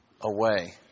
away